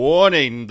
Warning